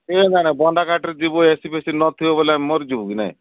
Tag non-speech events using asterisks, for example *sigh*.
କେ ଯାଣେ ବନ୍ଦ *unintelligible* ଯିବୁ ଏସିପେସି ନଥିବ ବେଲେ ଆମେ ମରି ଯିବୁ କି ନାଇଁ